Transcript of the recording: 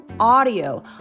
audio